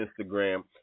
Instagram